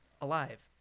alive